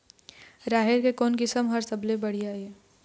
राहेर के कोन किस्म हर सबले बढ़िया ये?